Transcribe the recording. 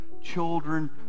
children